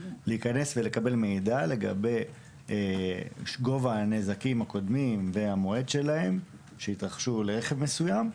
ולקבל מידע לגבי גובה הנזקים הקודמים והמועד שלהם שהתרחשו לרכב מסוים.